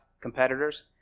competitors